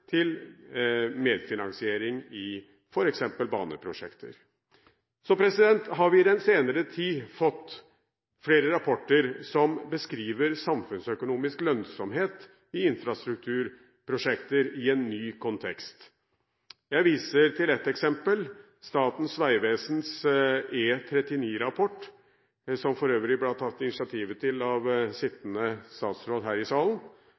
til medfinansiering i f.eks. baneprosjekter. Så har vi i den senere tid fått flere rapporter som beskriver samfunnsøkonomisk lønnsomhet i infrastrukturprosjekter i en ny kontekst. Jeg viser til ett eksempel: Statens vegvesens E39-rapport, som for øvrig ble tatt initiativ til av sittende statsråd her i salen.